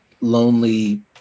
lonely